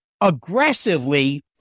aggressively